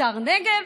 שר נגב,